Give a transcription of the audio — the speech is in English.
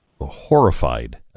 horrified